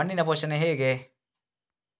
ಮಣ್ಣಿನ ಪೋಷಣೆ ಹೇಗೆ?